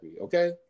okay